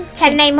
Chennai